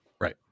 Right